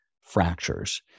fractures